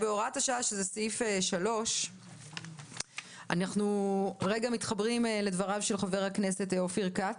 לסעיף 3. אנחנו מתחברים לדבריו של חבר הכנסת אופיר כץ,